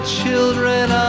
children